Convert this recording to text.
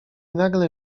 nagle